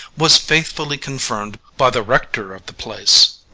was faithfully confirm'd by the rector of the place.